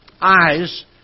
eyes